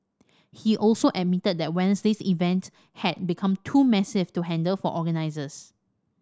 he also admitted that Wednesday's event had become too massive to handle for organisers